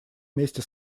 вместе